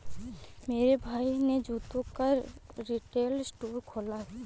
मेरे भाई ने जूतों का रिटेल स्टोर खोला है